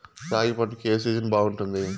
రాగి పంటకు, ఏ సీజన్ బాగుంటుంది?